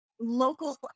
local